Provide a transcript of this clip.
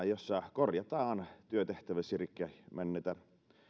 jossa korjataan työtehtävissä rikki menneitä